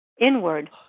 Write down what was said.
inward